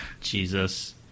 Jesus